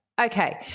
Okay